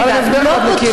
חבל על ההסבר, ואת מכירה.